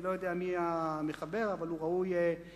אני לא יודע מי המחבר, אבל הוא ראוי לשבח.